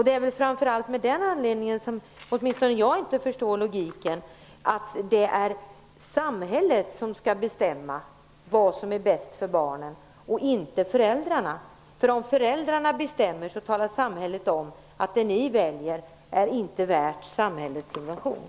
Det är framför allt av den anledningen som åtminstone inte jag förstår logiken i att det är samhället som skall bestämma vad som är bäst för barnen och inte föräldrarna. Om föräldrarna bestämmer talar samhället om att det de väljer inte är värt samhällets subvention.